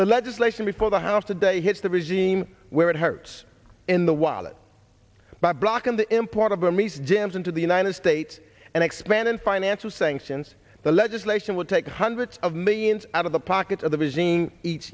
the legislation before the house today hits the regime where it hurts in the wallet by blocking the import of armies jammed into the united states and expanding financial sanctions the legislation would take hundreds of millions out of the pockets of the regime each